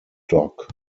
dock